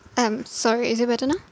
I'm sorry is it better now